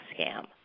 scam